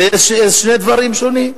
אלה שני דברים שונים.